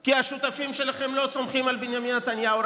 כי השותפים שלכם לא סומכים על בנימין נתניהו.